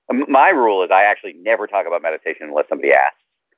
my rule is i actually never talk about meditation unless somebody asks.